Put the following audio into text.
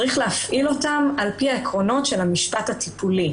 צריך להפעיל אותם על פי העקרונות של המשפט הטיפולי,